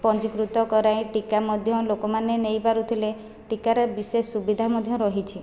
ପଞ୍ଜୀକୃତ କରାଇ ଟୀକା ମଧ୍ୟ ଲୋକମାନେ ନେଇପାରୁଥିଲେ ଟିକାରେ ବିଶେଷ ସୁବିଧା ମଧ୍ୟ ରହିଛି